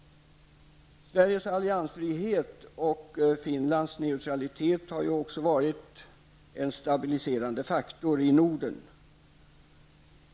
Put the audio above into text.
Sveriges alliansfrihet och Finlands neutralitet har också varit en stabiliserande faktor i Norden.